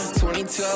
22